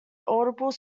audible